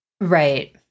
Right